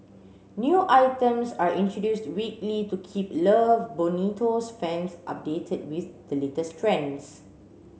new items are introduced weekly to keep Love Bonito's fans updated with the latest trends